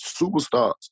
superstars